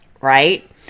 right